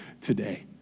today